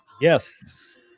Yes